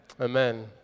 Amen